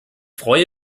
freue